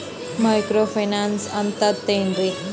Micro finance ಅಂತಂದ್ರ ಏನ್ರೀ?